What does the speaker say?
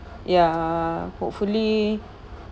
ya hopefully